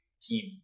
team